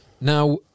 Now